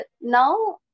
now